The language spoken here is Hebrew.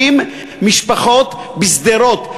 50 משפחת בשדרות.